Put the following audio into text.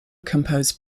composed